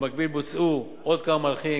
במקביל בוצעו עוד כמה מהלכים,